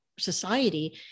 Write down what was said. Society